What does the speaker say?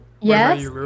Yes